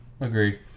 Agreed